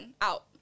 Out